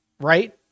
right